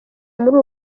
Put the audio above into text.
muri